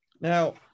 Now